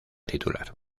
titular